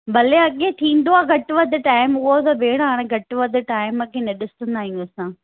भले अॻिए थींदो आहे घटि वधि टाइम उहो त भेण हाणे घटि वधि टाइम खे न ॾिसंदा आहियूं असां